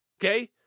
Okay